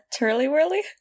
turly-whirly